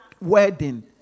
wedding